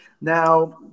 Now